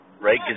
Right